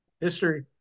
History